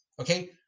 Okay